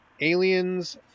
Aliens